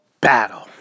battle